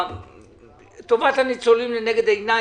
טובת הניצולים לנגד עיני,